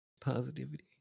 Positivity